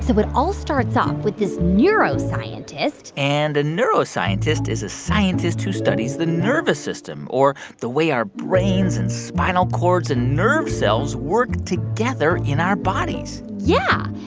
so it all starts off with this neuroscientist and a neuroscientist is a scientist who studies the nervous system or the way our brains and spinal cords and nerve cells work together in our bodies yeah.